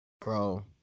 bro